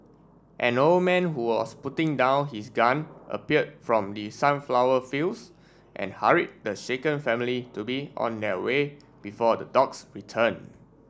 an old man who was putting down his gun appeared from the sunflower fields and hurried the shaken family to be on their way before the dogs return